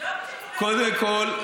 קודם כול,